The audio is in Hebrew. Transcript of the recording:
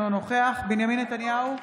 אינו נוכח בנימין נתניהו,